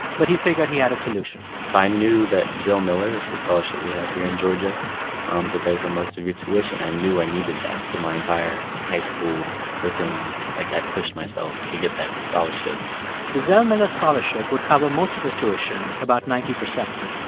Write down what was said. but he figured he had a solution so i knew that zell miller is the scholarship we have here in georgia um to pay for most of your tuition. i knew i needed that. so my entire high school curriculum, like, i pushed myself to get that scholarship the zell miller would cover most of his tuition, about ninety percent.